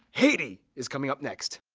haiti is coming up next!